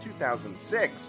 2006